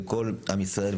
לכל עם ישראל.